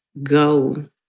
Go